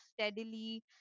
steadily